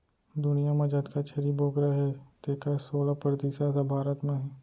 दुनियां म जतका छेरी बोकरा हें तेकर सोला परतिसत ह भारत म हे